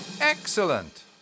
Excellent